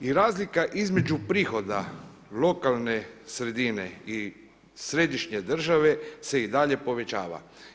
I razlika između prihoda lokalne sredine i središnje države se i dalje povećava.